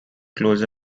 close